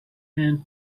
and